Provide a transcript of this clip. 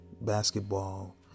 Basketball